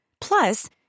Plus